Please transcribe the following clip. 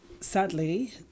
sadly